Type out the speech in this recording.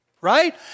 Right